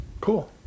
cool